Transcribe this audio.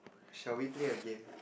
shall we play a game